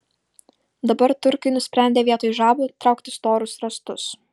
dabar turkai nusprendė vietoj žabų traukti storus rąstus